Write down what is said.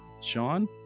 Sean